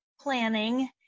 planning